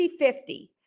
50